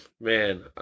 Man